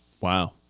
Wow